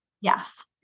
Yes